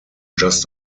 just